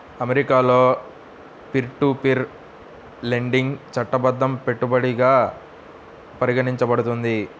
అమెరికాలో peer to peer lending చట్టబద్ధంగా పెట్టుబడిగా పరిగణించబడుతుంది